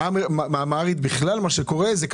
ובאמהרית בכלל מה שקורה זה קטסטרופה.